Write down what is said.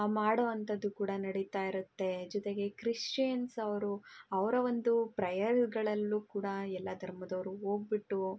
ಮಾಡುವಂಥದ್ದು ಕೂಡ ನಡೀತಾ ಇರುತ್ತೆ ಜೊತೆಗೆ ಕ್ರಿಶ್ಚಿಯನ್ಸ್ ಅವರು ಅವರ ಒಂದು ಪ್ರೇಯರುಗಳಲ್ಲೂ ಕೂಡ ಎಲ್ಲ ಧರ್ಮದವ್ರು ಹೋಗ್ಬಿಟ್ಟು